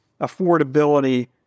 affordability